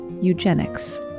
eugenics